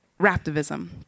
raptivism